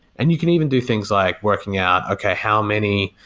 and you can even do things like working out, okay, how many,